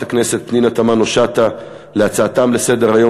הכנסת פנינה תמנו-שטה בהצעתם לסדר-היום,